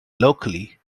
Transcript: locally